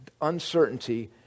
uncertainty